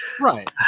Right